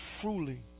truly